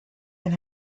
and